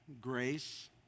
grace